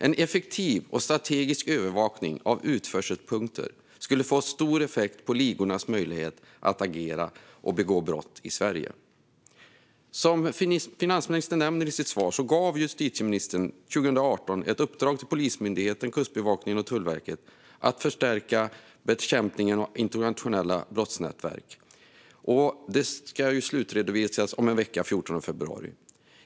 En effektiv och strategisk övervakning av utförselpunkter skulle få stor effekt på ligornas möjlighet att agera och begå brott i Sverige. Som finansministern nämner i sitt svar gav justitieministern 2018 ett uppdrag till Polismyndigheten, Kustbevakningen och Tullverket att förstärka bekämpningen av internationella brottsnätverk. Det ska slutredovisas om en vecka, den 14 februari.